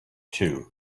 too